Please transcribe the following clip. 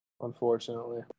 Unfortunately